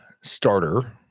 starter